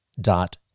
dot